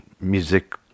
music